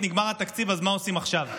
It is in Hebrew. ואגיד: נגמר התקציב, מה עושים עכשיו?